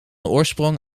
oorsprong